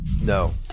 No